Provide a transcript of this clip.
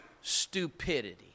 stupidity